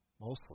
Mostly